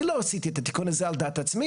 אני לא עשיתי את התיקון הזה על דעת עצמי,